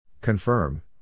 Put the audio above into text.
Confirm